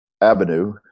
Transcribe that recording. avenue